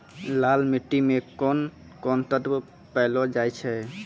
लाल मिट्टी मे कोंन कोंन तत्व पैलो जाय छै?